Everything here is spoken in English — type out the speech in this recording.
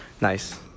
Nice